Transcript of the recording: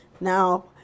now